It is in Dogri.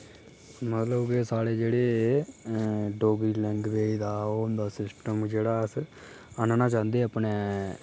मतलब कि साढ़े जेह्ड़े डोगरी लैंग्वेज दा ओह् होंदा सिस्टम जेह्ड़ा अस आह्नना चांह्दे अपने